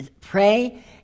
pray